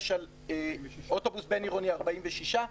יש על אוטובוס בין-עירוני 46,